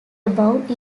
above